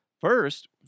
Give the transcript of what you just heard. first